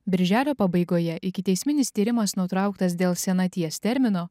birželio pabaigoje ikiteisminis tyrimas nutrauktas dėl senaties termino